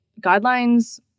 guidelines